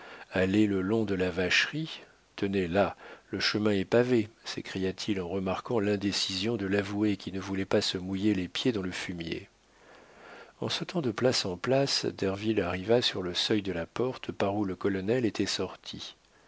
allez le long de la vacherie tenez là le chemin est pavé s'écria-t-il en remarquant l'indécision de l'avoué qui ne voulait pas se mouiller les pieds dans le fumier en sautant de place en place derville arriva sur le seuil de la porte par où le colonel était sorti